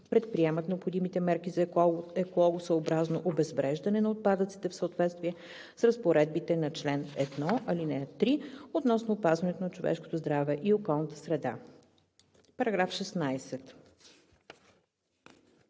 предприемат необходимите мерки за екологосъобразно обезвреждане на отпадъците в съответствие с разпоредбите на чл. 1, ал. 3 относно опазването на човешкото здраве и околната среда.“